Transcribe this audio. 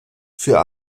für